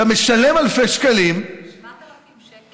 אתה משלם אלפי שקלים, 7,000 שקל.